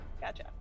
Gotcha